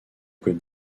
côte